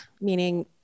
meaning